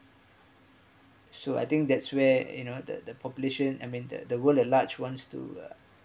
so I think that's where you know the the population admitted the world at large wants to uh